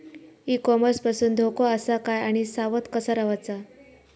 E commerce पासून धोको आसा काय आणि सावध कसा रवाचा?